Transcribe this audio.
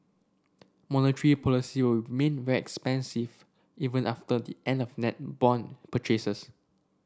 monetary policy will remain very expansive even after the end of net bond purchases